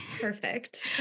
perfect